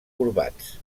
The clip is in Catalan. corbats